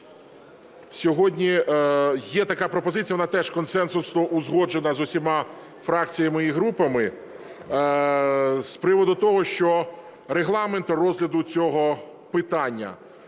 сьогодні… Є така пропозиція, вона теж консенсусно узгоджена з усіма фракціями і групами, з приводу того, що регламент розгляду цього питання: